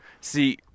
See